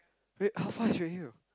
wait how far is Redhill